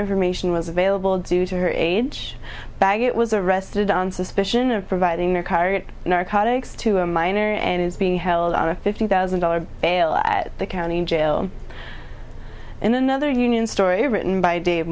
information was available due to her age baggett was arrested on suspicion of providing their current narcotics to a minor and is being held on a fifty thousand dollars bail at the county jail in another union story written by dave